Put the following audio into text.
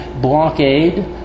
blockade